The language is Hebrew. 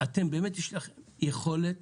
באמת יש לך יכולת